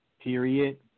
period